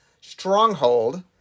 Stronghold